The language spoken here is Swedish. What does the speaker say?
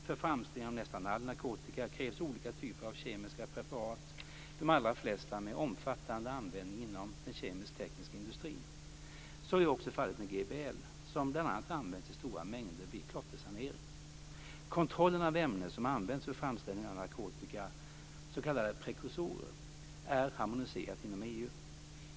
För framställning av nästan all narkotika krävs olika typer av kemiska preparat, de allra flesta med omfattande användning inom den kemisktekniska industrin. Så är också fallet med GBL, som bl.a. används i stora mängder vid klottersanering. Kontrollen av ämnen som används för framställning av narkotika, s.k. prekursorer, är harmoniserad inom EU.